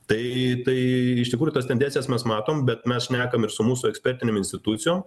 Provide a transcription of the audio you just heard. tai tai iš tikrųjų tas tendencijas mes matom bet mes šnekam ir su mūsų ekspertinėm institucijom